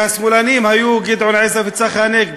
והשמאלנים היו גדעון עזרא וצחי הנגבי.